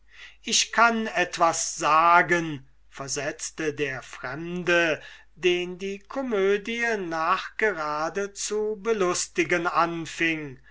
ich kann etwas sagen versetzte der fremde den die komödie nachgerade zu belustigen anfing